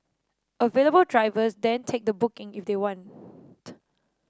available drivers then take the booking if they want